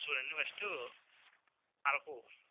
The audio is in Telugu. చూడండి ఫస్ట్ అరకు